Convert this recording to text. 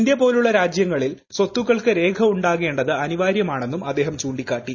India പോലുള്ള രാജ്യങ്ങളിൽ സ്വത്തുക്കൾക്ക് രേഖ ഉണ്ടാകേണ്ടത് അനിവാര്യമാണെന്നും അദ്ദേഹം ചൂണ്ടിക്കാട്ടി